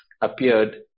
appeared